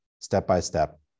step-by-step